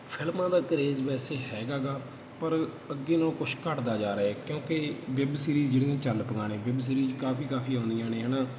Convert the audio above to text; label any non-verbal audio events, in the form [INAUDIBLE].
ਫ਼ਿਲਮਾਂ ਦਾ ਕਰੇਜ਼ ਵੈਸੇ ਹੈਗਾ ਗਾ ਪਰ ਅੱਗੇ ਨਾਲੋਂ ਕੁਛ ਘੱਟਦਾ ਜਾ ਰਿਹਾ ਕਿਉਂਕਿ ਵੈਬ ਸੀਰੀਜ਼ ਜਿਹੜੀਆਂ ਚੱਲ [UNINTELLIGIBLE] ਵੈਬ ਸੀਰੀਜ਼ ਕਾਫੀ ਕਾਫੀ ਆਉਂਦੀਆਂ ਨੇ ਹੈ ਨਾ